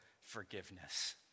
forgiveness